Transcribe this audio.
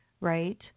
right